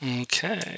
Okay